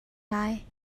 lai